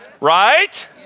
Right